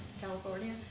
California